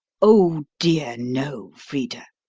oh, dear, no, frida,